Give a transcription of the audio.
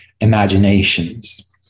imaginations